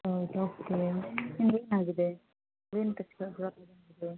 ಹೌದ ಓಕೆ ನಿಮ್ಗೆ ಏನಾಗಿದೆ ಏನು ನಿಮಗೆ